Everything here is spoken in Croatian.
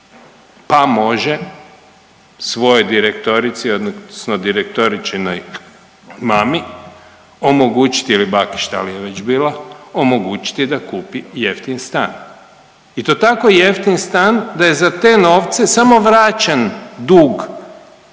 pa može svojoj direktori odnosno direktoričinoj mami omogućiti ili baki šta li je već bilo, omogućiti da kupi jeftin stan. I to tako jeftin stan da je za te novce samo vraćen dug koji je